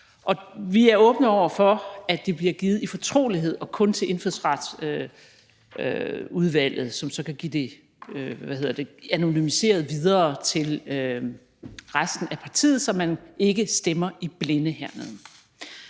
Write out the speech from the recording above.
Vi er åbne over for, at det bliver givet i fortrolighed og kun til Indfødsretsudvalgets medlemmer, som så kan give det anonymiseret videre til andre i deres partier, så man ikke stemmer i blinde hernede.